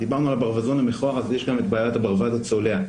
דיברנו על הברווזון המכוער אז יש גם את בעיית הברווז הצולע.